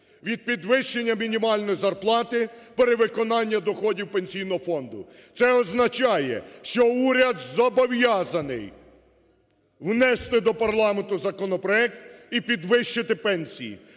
Від підвищення мінімальної зарплати – перевиконання доходів Пенсійного фонду. Це означає, що уряд зобов'язаний внести до парламенту законопроект і підвищити пенсії.